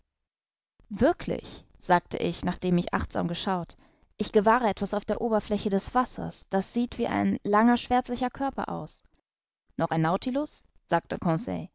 wirklich sagte ich nachdem ich achtsam geschaut ich gewahre etwas auf der oberfläche des wassers das sieht wie ein langer schwärzlicher körper aus noch ein nautilus sagte